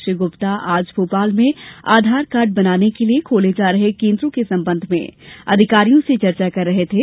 श्री गुप्ता आज भोपाल में आधार कार्ड बनाने के लिए खोले जा रहे केन्द्रों के संबंध में अधिकारियों से चर्चा कर रहे थे